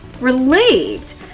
relieved